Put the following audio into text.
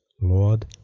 Lord